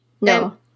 No